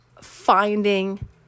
finding